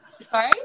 Sorry